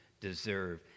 deserve